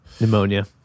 pneumonia